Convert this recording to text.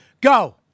Go